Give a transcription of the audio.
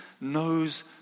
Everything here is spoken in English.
knows